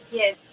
yes